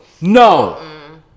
No